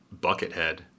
Buckethead